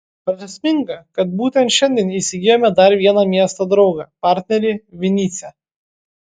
prasminga kad būtent šiandien įsigijome dar vieną miesto draugą partnerį vinycią